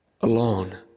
alone